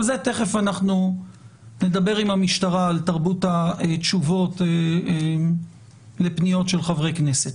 אבל על זה תכף נדבר עם המשטרה על תרבות התשובות לחברי הכנסת.